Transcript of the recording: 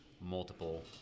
multiple